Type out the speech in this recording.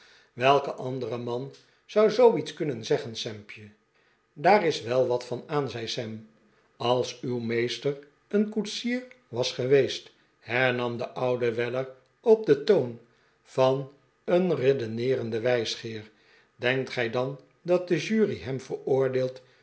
welke andere man zou zoo lets kunnen zeggen sampje daar is wel wat van aan zei sam als uw meester een koetsier was geweest hernam de oude weller op den toon van een redeneerenden wijsgeer denkt gij dan dat de jury hem